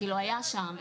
כאילו היה שם,